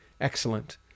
excellent